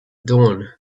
dawn